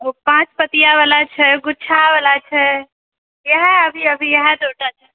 ओ पाँच पतिया वाला छै गुच्छा वाला छै इएह अभी इएह सभटा छै